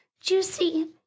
juicy